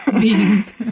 beans